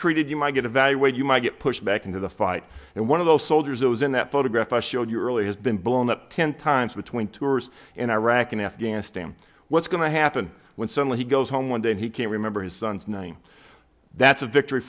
treated you might get evaluate you might get pushed back into the fight and one of those soldiers those in that photograph i showed you earlier has been blown up ten times between tours in iraq and afghanistan what's going to happen when suddenly he goes home one day and he can't remember his son's name that's a victory